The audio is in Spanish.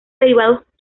derivados